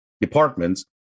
departments